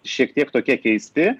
šiek tiek tokie keisti